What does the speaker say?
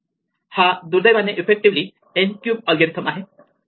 हा दुर्दैवाने effectively n cube algorithm आहे